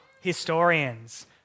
historians